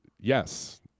yes